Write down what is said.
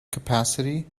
capacity